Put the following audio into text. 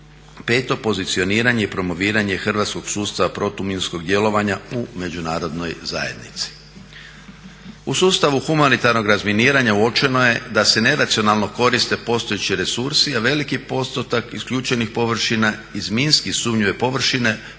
pozicioniranje i promoviranje hrvatskog sustava protuminskog djelovanja u međunarodnoj zajednici. U sustavu humanitarnog razminiranja uočeno je da se neracionalno koriste postojeći resursi, a veliki postotak isključenih površina iz minski sumnjive površine